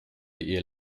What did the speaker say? ihr